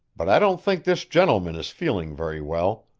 but i don't think this gentleman is feeling very well.